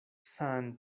sun